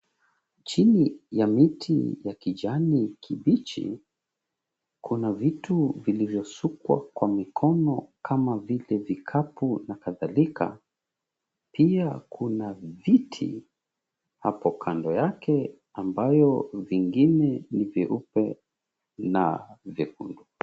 Chini ya miti ya kijani kibichi kuna vitu vilivyosukwa kwa mikono kama vile vikapu na kadhalika. Pia kuna viti hapo kando yake ambayo zingine ni nyeupe.